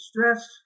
stress